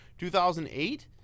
2008